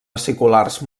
aciculars